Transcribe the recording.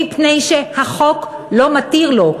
מפני שהחוק לא מתיר לו.